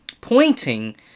pointing